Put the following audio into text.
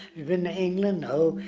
you been to england no.